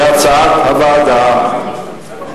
כהצעת הוועדה.